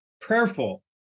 prayerful